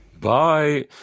Bye